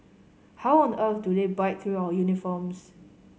how on earth do they bite through our uniforms